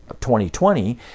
2020